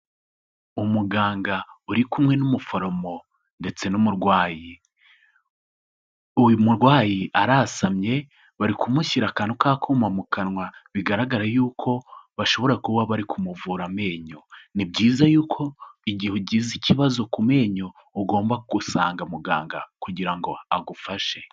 Umuganga uri kumwe n'umuforomo ndetse n'umurwayi. Uyu murwayi arasamye bari kumushyira akantu k'akuma mu kanwa bigaragare yuko bashobora kuba bari kumuvura amenyo. Ni byiza yuko igihe ugize ikibazo ku menyo ugomba gusanga muganga kugira ngo agufashe.